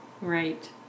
Right